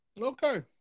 Okay